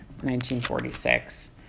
1946